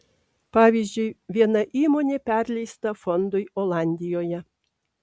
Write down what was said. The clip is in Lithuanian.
pavyzdžiui viena įmonė perleista fondui olandijoje